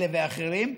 אלה ואחרים,